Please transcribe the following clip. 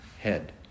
head